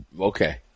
Okay